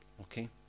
Okay